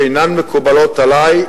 שאינן מקובלות עלי,